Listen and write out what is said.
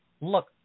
look